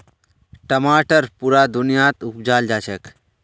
टमाटर पुरा दुनियात उपजाल जाछेक